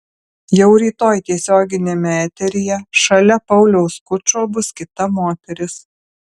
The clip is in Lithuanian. jau rytoj tiesioginiame eteryje šalia pauliaus skučo bus kita moteris